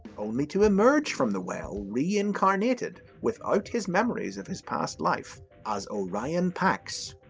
only to emerge from the well reincarnated, without his memories of his past life as orion pax,